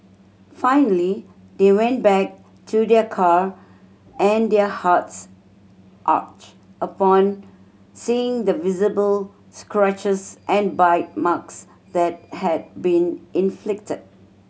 finally they went back to their car and their hearts ached upon seeing the visible scratches and bite marks that had been inflicted